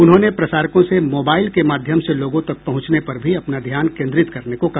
उन्होंने प्रसारकों से मोबाइल के माध्यम से लोगों तक पहुंचने पर भी अपना ध्यान केन्द्रित करने को कहा